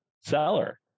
seller